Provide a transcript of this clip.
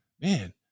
man